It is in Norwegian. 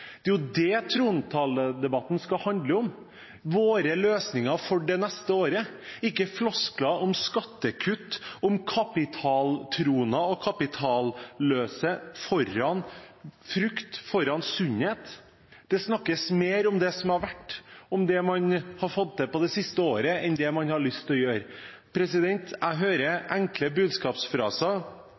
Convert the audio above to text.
Det er jo det trontaledebatten skal handle om – våre løsninger for det neste året, ikke floskler om skattekutt, om kapitaltroner og kapitalløse, framfor frukt, framfor sunnhet. Det snakkes mer om det som har vært, om det man har fått til det siste året, enn det man har lyst til å gjøre. Jeg hører enkle budskapsfraser